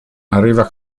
arriva